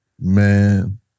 Man